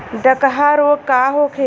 डकहा रोग का होखे?